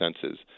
senses